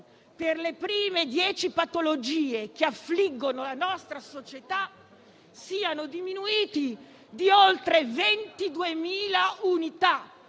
per le prime dieci patologie che affliggono la nostra società siano diminuiti di oltre 22.000 unità,